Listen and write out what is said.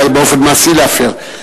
אלא באופן מעשי להפר.